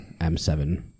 m7